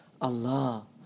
Allah